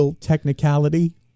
technicality